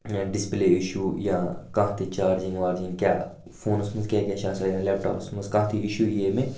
display issue یا کانٛہہ تہِ چارجِنٛگ وارجِنٛگ کیٛاہ فونَس منٛز کیٛاہ کیٛاہ چھِ آسان یا لیٚپٹاپَس منٛز کانٛہہ تہِ اِشوٗ یِیہِ ہے مےٚ